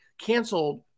canceled